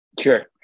Sure